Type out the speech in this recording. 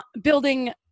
building